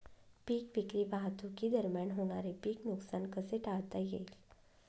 पीक विक्री वाहतुकीदरम्यान होणारे पीक नुकसान कसे टाळता येईल?